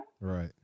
Right